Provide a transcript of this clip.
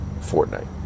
Fortnite